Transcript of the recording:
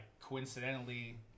coincidentally